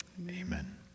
amen